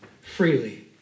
freely